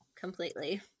completely